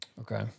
okay